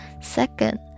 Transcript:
Second